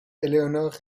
éléonore